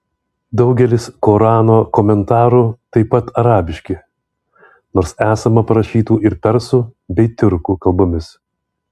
daugelis korano komentarų taip pat arabiški nors esama parašytų ir persų bei tiurkų kalbomis